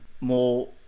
more